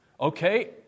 Okay